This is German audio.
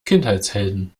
kindheitshelden